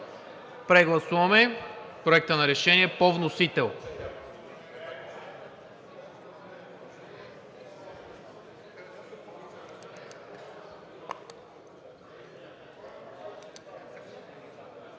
Прегласуваме Проекта на решение по вносител.